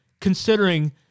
considering